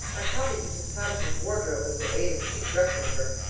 i copied mrs. paterson's wardrobe with the aid of a cheap dressmaker,